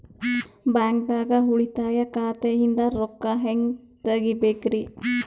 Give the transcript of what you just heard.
ಬ್ಯಾಂಕ್ದಾಗ ಉಳಿತಾಯ ಖಾತೆ ಇಂದ್ ರೊಕ್ಕ ಹೆಂಗ್ ತಗಿಬೇಕ್ರಿ?